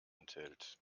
enthält